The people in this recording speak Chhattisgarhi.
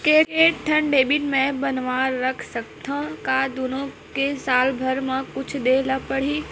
के ठन डेबिट मैं बनवा रख सकथव? का दुनो के साल भर मा कुछ दे ला पड़ही?